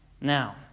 Now